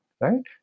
right